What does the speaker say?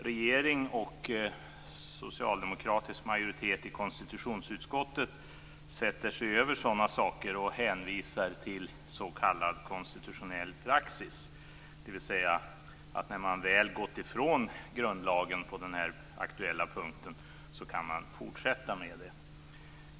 Regering och socialdemokratisk majoritet i konstitutionsutskottet sätter sig över sådana saker och hänvisar till s.k. konstitutionell praxis, dvs. att när man väl gått ifrån grundlagen på den aktuella punkten kan man fortsätta med det.